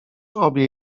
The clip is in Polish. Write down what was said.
obie